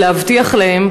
ולהבטיח להם,